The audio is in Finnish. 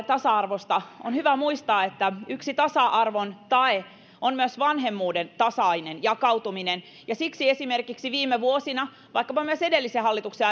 tasa arvosta naistenpäivän alla on hyvä muistaa että yksi tasa arvon tae on myös vanhemmuuden tasainen jakautuminen ja siksi esimerkiksi viime vuosina vaikkapa myös edellisen hallituksen